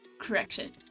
Correction